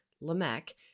Lamech